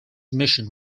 mission